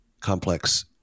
complex